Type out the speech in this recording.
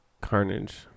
Carnage